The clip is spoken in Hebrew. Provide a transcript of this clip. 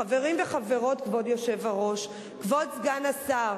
חברים וחברות, כבוד היושב-ראש, כבוד סגן השר,